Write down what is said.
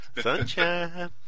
Sunshine